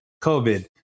COVID